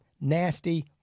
nasty